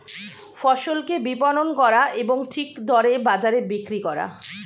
ফসলকে বিপণন করা এবং ঠিক দরে বাজারে বিক্রি করা